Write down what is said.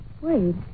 Wait